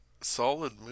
solid